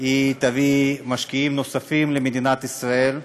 תביא משקיעים נוספים למדינת ישראל,